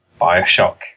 bioshock